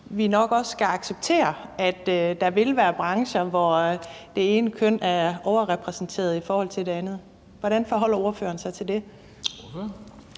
vi nok også skal acceptere, at der vil være brancher, hvor det ene køn er overrepræsenteret i forhold til det andet? Hvordan forholder ordføreren sig til det?